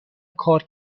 کار